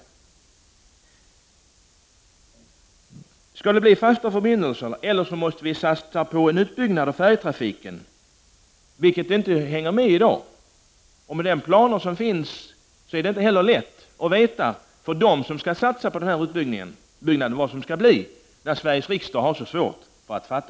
Antingen skall det bli fasta förbindelser eller också måste vi satsa på en utbyggnad av färjetrafiken, som inte hänger med i dag. Med de planer som finns är det inte heller så lätt för dem som skall satsa på utbyggnaden att veta hur det skall bli när Sveriges riksdag har så svårt att fatta beslut.